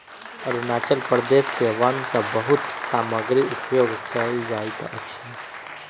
अरुणाचल प्रदेश के वन सॅ बहुत सामग्री उपयोग कयल जाइत अछि